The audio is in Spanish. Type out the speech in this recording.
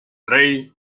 rey